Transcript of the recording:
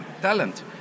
talent